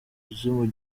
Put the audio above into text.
gihugu